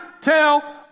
tell